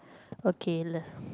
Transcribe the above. okay leh